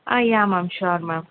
ah yeah ma'am sure ma'am